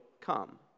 come